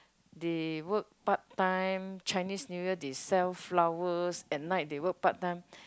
they work part time Chinese New Year they sell flowers and night they work part time